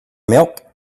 milk